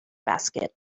basket